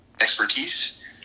expertise